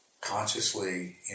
consciously